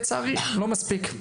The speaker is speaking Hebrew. לצערי לא מספיק.